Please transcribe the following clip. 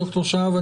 ד"ר שהב.